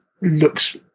looks